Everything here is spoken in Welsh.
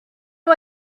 nhw